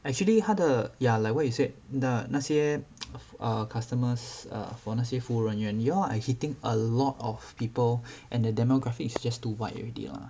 actually 他的 ya like what you said ya 那些 err customers err for 哪些服务人员 y'all are hitting a lot of people and the demographics just too wide already lah